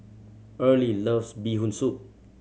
Earley loves Bee Hoon Soup